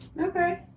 Okay